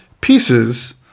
pieces